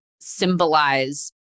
symbolize